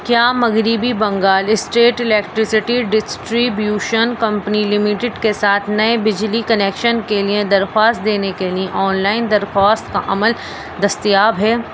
کیا مغربی Bengal state electricity distribution company limited کے ساتھ نئے بجلی کنکشن کے لیے درخواست دینے کے لیے آن لائن درخواست کا عمل دستیاب ہے